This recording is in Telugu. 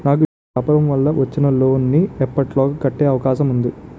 నాకు వ్యాపార వల్ల వచ్చిన లోన్ నీ ఎప్పటిలోగా కట్టే అవకాశం ఉంది?